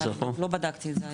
אני לא בדקתי את זה.